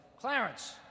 Clarence